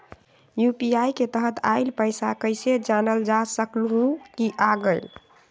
UPI के तहत आइल पैसा कईसे जानल जा सकहु की आ गेल?